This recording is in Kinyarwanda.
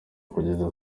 kugeza